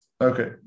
okay